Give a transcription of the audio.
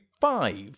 five